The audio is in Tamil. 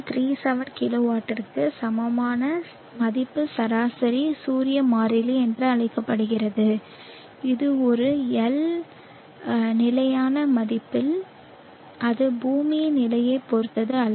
3 7 கிலோவாட்டிற்கு சமமான மதிப்பு சராசரி சூரிய மாறிலி என்றும் அழைக்கப்படுகிறது அது ஒரு இல் நிலையான மதிப்பு அது பூமியின் நிலையைப் பொறுத்தது அல்ல